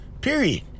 Period